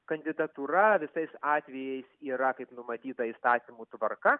kandidatūra visais atvejais yra kaip numatyta įstatymų tvarka